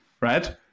right